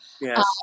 Yes